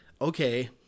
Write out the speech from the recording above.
okay